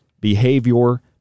behavior